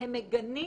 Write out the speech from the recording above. הם מגנים